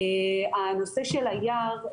הנושא של היער,